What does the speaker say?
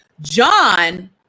John